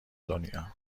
دنیا